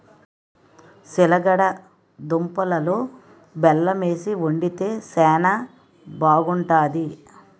సిలగడ దుంపలలో బెల్లమేసి వండితే శానా బాగుంటాది